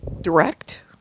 direct